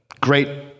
great